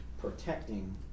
protecting